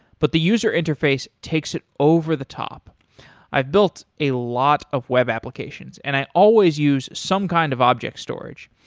but the user interface takes it over the top i've built a lot of web applications and i always use some kind of object storage.